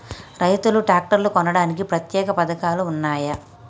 రైతులు ట్రాక్టర్లు కొనడానికి ప్రత్యేక పథకాలు ఉన్నయా?